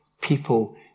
people